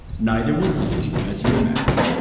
neither will he, as you imagine,